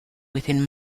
within